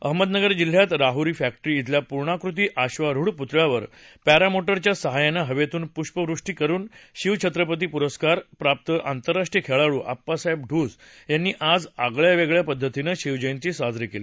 अहमदनगर जिल्ह्यात राहुरी फॅक्टरी इथल्या पूर्णाकृती अश्वारूढ पुतळ्यावर पॅरामोटर च्या साहाय्यानं हवेतून पुष्पवृष्टी करून शिवछत्रपती पुरस्कार प्राप्त आंतरराष्ट्रीय खेळाडू आप्पासाहेब दूस यांनी आज आगळ्या वेगळ्या पद्धतीनं शिवजयंती साजरी केली